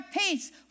peace